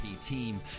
Team